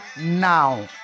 now